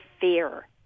fear